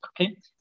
Okay